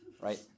right